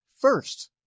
first